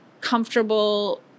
comfortable